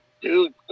Dude